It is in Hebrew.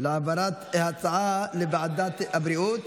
העברת ההצעה לוועדת הבריאות.